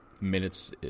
minutes